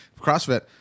CrossFit